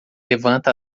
levanta